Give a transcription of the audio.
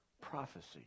prophecy